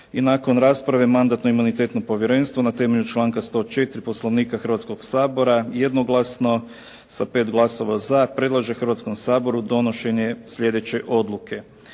i nakon rasprave Mandatno-imunitetno povjerenstvo na temelju članka 104. Poslovnika Hrvatskog sabora jednoglasno sa 5 glasova za predlaže Hrvatskom saboru donošenje slijedeće odluke: